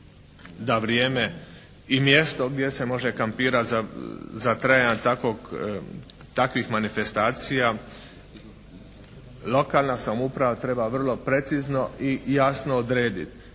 da vrijeme i mjesto gdje se može kampirati za trajanje takvih manifestacija lokalna samouprava treba vrlo precizno i jasno odrediti